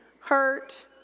hurt